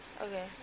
Okay